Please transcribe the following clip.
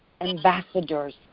ambassadors